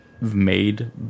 made